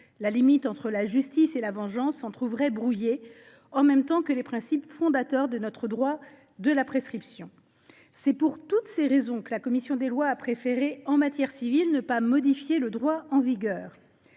La limite entre la justice et la vengeance s’en trouverait brouillée, en même temps que les principes fondateurs de notre droit de la prescription. Voilà pourquoi la commission des lois a préféré, en matière civile, ne pas modifier le droit en vigueur.